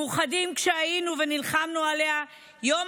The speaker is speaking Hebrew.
מאוחדים כפי שהיינו כשנלחמנו עליה יום